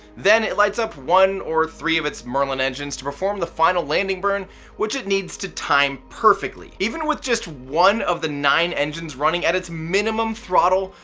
then it lights up one or three of its merlin engines to perform the final landing burn which it needs to time perfectly. even with just one of the nine engines running at its minimum throttle,